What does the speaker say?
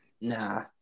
nah